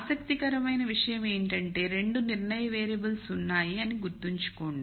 ఆసక్తికరమైన విషయం గమనించండి 2 నిర్ణయ వేరియబుల్స్ ఉన్నాయి అని గుర్తుంచుకోండి